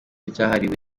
cyahariwe